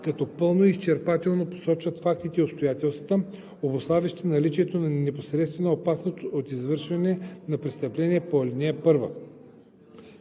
като пълно и изчерпателно посочват фактите и обстоятелствата, обуславящи наличието на непосредствена опасност от извършване на престъпление по ал. 1.“